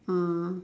mm